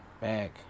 Back